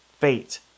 fate